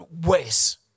ways